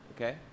Okay